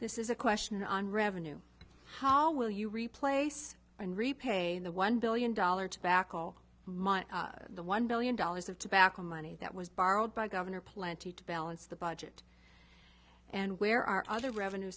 this is a question on revenue how will you replace and repay the one billion dollars back the one billion dollars of tobacco money that was borrowed by governor plenty to balance the budget and where are other revenue